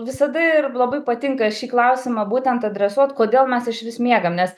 visada ir labai patinka šį klausimą būtent adresuot kodėl mes išvis miegam nes